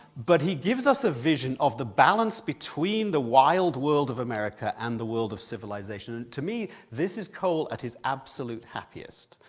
but he gives us a vision of the balance between the wild world of america and the world of civilisation. and to me this is cole at his absolute happiest,